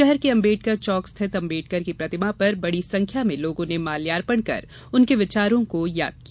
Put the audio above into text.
शहर के अंबेडकर चौक स्थित अंबेडकर की प्रतिमा पर बड़ी संख्या में लोगों ने माल्यार्पण कर उनके विचारों को याद किया